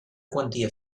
quantia